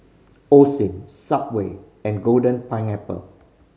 Osim Subway and Golden Pineapple